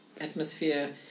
atmosphere